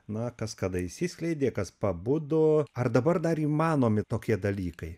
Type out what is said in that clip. na kas kada išsiskleidė kas pabudo ar dabar dar įmanomi tokie dalykai